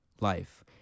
life